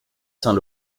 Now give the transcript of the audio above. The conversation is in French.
saint